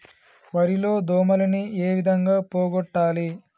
వరి లో దోమలని ఏ విధంగా పోగొట్టాలి?